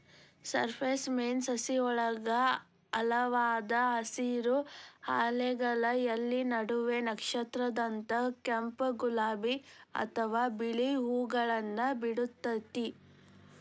cypress vine ಸಸಿಯೊಳಗ ಆಳವಾದ ಹಸಿರು, ಹಾಲೆಗಳ ಎಲಿ ನಡುವ ನಕ್ಷತ್ರದಂತ ಕೆಂಪ್, ಗುಲಾಬಿ ಅತ್ವಾ ಬಿಳಿ ಹೂವುಗಳನ್ನ ಬಿಡ್ತೇತಿ